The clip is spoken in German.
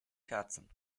kerzen